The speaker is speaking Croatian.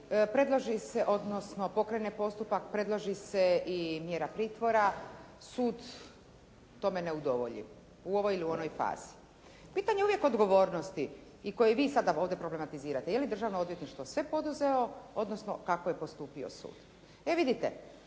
predloži, odnosno pokrene postupak, predloži se i mjera pritvora, sud tome ne udovolji u ovoj ili onoj fazi. Pitanje je uvijek odgovornosti i koje vi sada ovdje problematizirate, je li Državno odvjetništvo sve poduzelo, odnosno kako je postupio sud. E vidite,